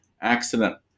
accident